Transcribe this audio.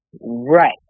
right